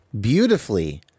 beautifully